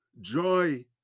joy